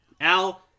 Al